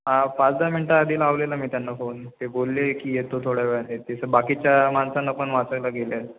हां पाच दहा मिनटं आधी लावलेला मी त्यांना फोन ते बोलले की येतो थोडा वेळ आहे ती बाकीच्या माणसांना पण वाचवायला गेले आहेत